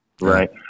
Right